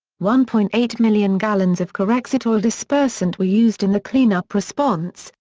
one-point-eight million gallons of corexit oil dispersant were used in the cleanup response,